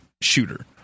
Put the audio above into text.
shooter